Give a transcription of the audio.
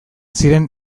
ziren